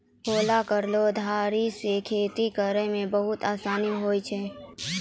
हलो केरो धारी सें खेती करै म बहुते आसानी होय छै?